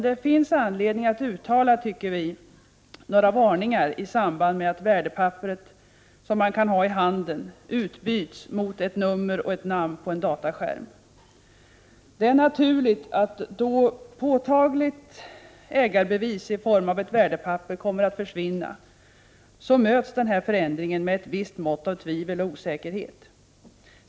Det finns dock anledning att uttala några varningar i samband med att värdepapperet som man kan ha i handen utbyts mot ett nummer och ett namn på en dataskärm. Det är naturligt att då påtagligt ägarbevis i form av ett värdepapper kommer att försvinna möts denna förändring med ett visst mått av tvivel och osäkerhet.